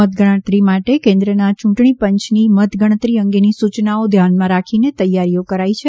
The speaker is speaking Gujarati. મતગણતરી માટે ભારતના ચૂંટણી પંચની મત ગણતરી અંગેની સુચનાઓ ધ્યાનમાં રાખીને તૈયારીઓ કરાઈ છે